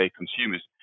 consumers